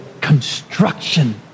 construction